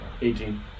18